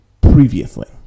previously